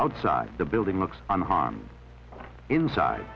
outside the building looks unharmed inside